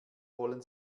wollen